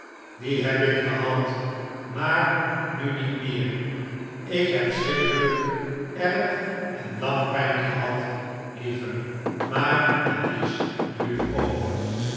die heb ik gehad maar nu niet meer ik heb schrikkelijk erg en lang pijn gehad lieve maar het is nu over